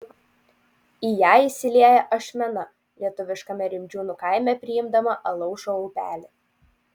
į ją įsilieja ašmena lietuviškame rimdžiūnų kaime priimdama alaušo upelį